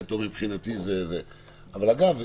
אגב,